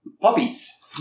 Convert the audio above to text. Puppies